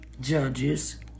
Judges